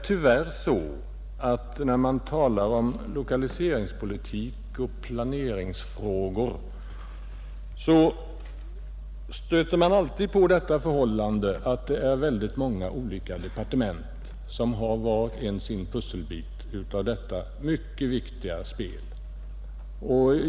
När man talar om lokaliseringspolitik och planering stöter man alltid på det förhållandet att flera olika departement har var sin pusselbit av detta viktiga spel.